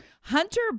Hunter